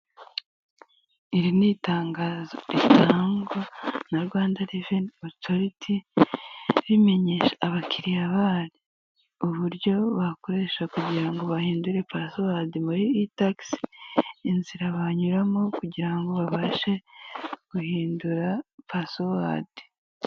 Iri ni itangazo ritangwa na Rwanda reveni otoriti rimenyesha abakiliriya baryo uburyo bakoresha kugira ngo bahindure pasiwadi muri i tagisi, inzira banyuramo kugirango babashe guhindura pasiwadi.